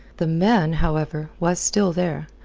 the man, however, was still there,